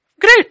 Great